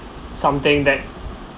something that